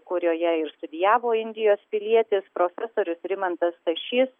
kurioje ir studijavo indijos pilietis profesorius rimantas stašys